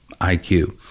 IQ